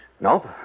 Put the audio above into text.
Nope